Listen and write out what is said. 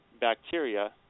bacteria